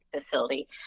facility